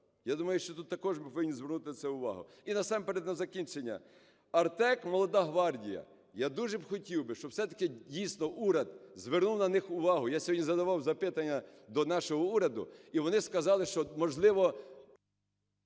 Я думаю, що тут також повинні звернути на це увагу. І, насамперед, на закінчення. "Артек", "Молода гвардія". Я дуже хотів би, щоб все-таки, дійсно, уряд звернув на них увагу. Я сьогодні задавав запитання до нашого уряду, і вони сказали, що, можливо…